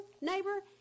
neighbor